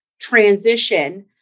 transition